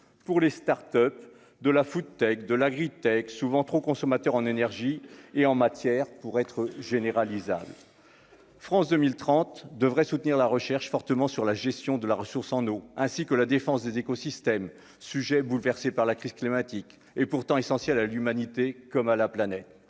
pour les Start-Up de la Food tech de la grippe, souvent trop consommateur en énergie et en matières pour être généralisable. France 2030 devrait soutenir la recherche fortement sur la gestion de la ressource en eau, ainsi que la défense des écosystèmes sujet bouleversé par la crise climatique et pourtant essentielles à l'humanité, comme à la planète